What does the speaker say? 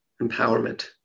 empowerment